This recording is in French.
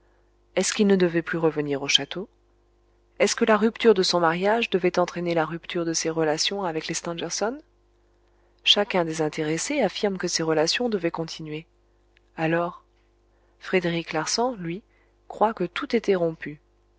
est-ce qu'il ne devait plus revenir au château est-ce que la rupture de son mariage devait entraîner la rupture de ses relations avec les stangerson chacun des intéressés affirme que ces relations devaient continuer alors frédéric larsan lui croit que tout